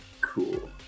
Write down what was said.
Cool